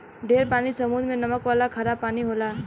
ढेर पानी समुद्र मे नमक वाला खारा पानी होला